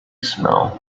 smell